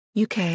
UK